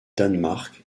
danemark